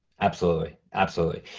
absolutely, absolutely.